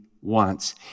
wants